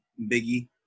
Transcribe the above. Biggie